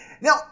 Now